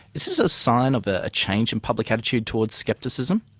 is this a sign of a a change in public attitude towards skepticism?